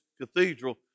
cathedral